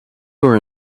were